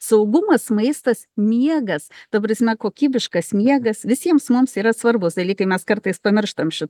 saugumas maistas miegas ta prasme kokybiškas miegas visiems mums yra svarbūs dalykai mes kartais pamirštam ši